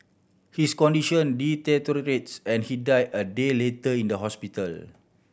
his condition deteriorates and he died a day later in the hospital